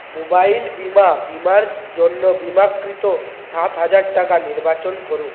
mobile বীমা বীমার জন্য বিমাকৃত সাত হাজার টাকা নির্বাচন করুন